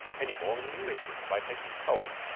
any more than an englishman, by taking cold,